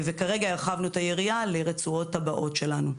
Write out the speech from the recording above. כרגע הרחבנו את היריעה לרצועות הבאות שלנו.